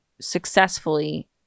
successfully